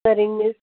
சரிங்க மிஸ்